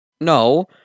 No